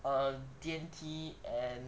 um D&T and